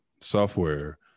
software